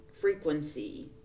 frequency